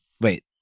wait